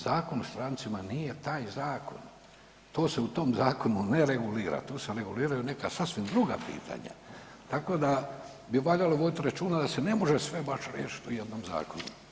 Zakon o strancima nije taj zakon, to se u tom zakonu ne regulira, tu se reguliraju neka sasvim druga pitanja, tako da bi valjalo voditi računa da se ne može sve baš riješiti u jednom zakonu.